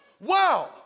Wow